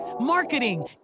marketing